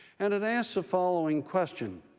and it asks the following question.